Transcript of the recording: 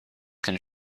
can